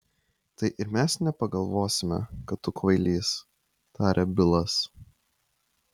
tai ir mes nepagalvosime kad tu kvailys tarė bilas